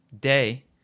day